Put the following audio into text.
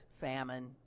famine